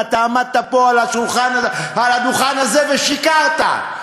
ועמדת פה על הדוכן הזה ושיקרת.